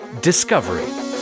Discovery